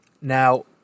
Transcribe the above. Now